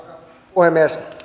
puhemies